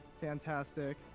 fantastic